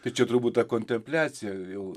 tai čia turbūt ta kontempliacija jau